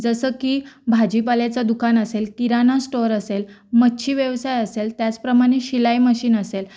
जसं की भाजीपाल्याचं दुकान असेल किराणा स्टोअर असेल मच्छीव्यवसाय असेल त्याचप्रमाणे शिलाई मशीन असेल